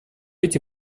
эти